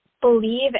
believe